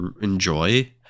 enjoy